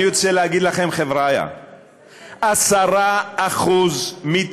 חבריא, אני רוצה להגיד לכם: 10% מתקציב